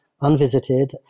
unvisited